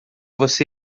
você